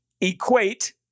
Equate